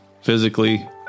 physically